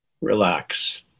Relax